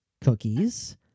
cookies